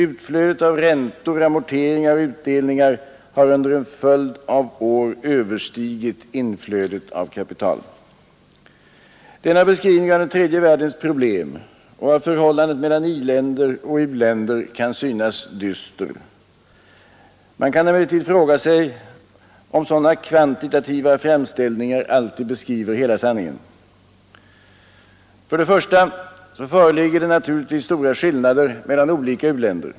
Utflödet av räntor, amorteringar och utdelningar har under en följd av år överstigit inflödet av kapital. Denna beskrivning av den tredje världens problem och av förhållandet mellan i-länder och u-länder kan synas dyster. Man kan emellertid fråga sig om den kvantitativa framställningen alltid beskriver hela sanningen. För det första föreligger stora skillnader mellan olika u-länder.